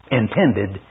intended